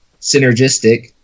synergistic